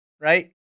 right